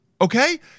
okay